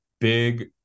big